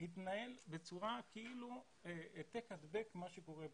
התנהל בצורה כאילו העתק-הדבק ממה שקורה פה.